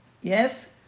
Yes